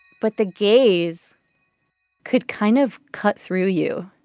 but the gaze could kind of cut through you